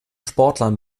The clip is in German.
sportlern